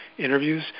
interviews